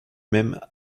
même